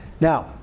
Now